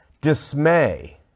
dismay